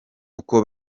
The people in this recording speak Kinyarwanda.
uko